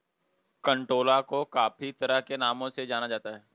कंटोला को काफी तरह के नामों से जाना जाता है